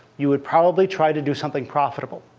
you would probably try to do something profitable.